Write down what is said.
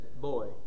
boy